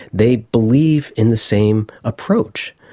they believe in the same approach.